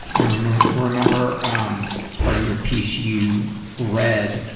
i remember um part of your piece, you read